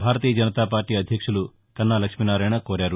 భారతీయ Janata party అధ్యక్షులు కన్నా లక్ష్మీనారాయణ కోరారు